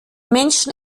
menschen